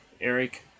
Eric